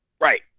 Right